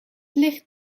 licht